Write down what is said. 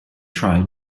try